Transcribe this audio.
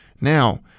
Now